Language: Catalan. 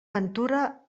ventura